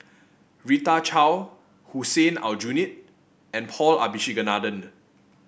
Rita Chao Hussein Aljunied and Paul Abisheganaden